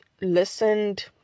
listened